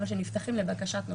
אבל שנפתחים לבקשת נושה,